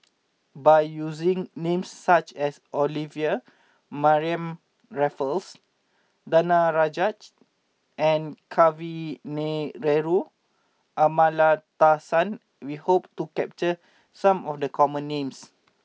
by using names such as Olivia Mariamne Raffles Danaraj and Kavignareru Amallathasan we hope to capture some of the common names